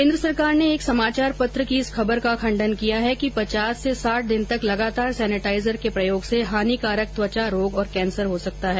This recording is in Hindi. केन्द्र सरकार ने एक समाचार पत्र की इस खबर का खंडन किया है कि पचास से साठ दिन तक लगातार सेनिटाइजर के प्रयोग से हानिकारक त्वचा रोग और कैंसर हो सकता है